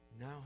now